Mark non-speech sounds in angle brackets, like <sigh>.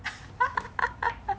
<laughs>